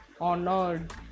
honored